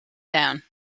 down